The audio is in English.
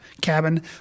cabin